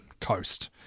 coast